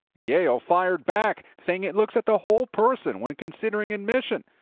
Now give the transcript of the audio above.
yale fired back saying it looks at the whole person when consideration admission.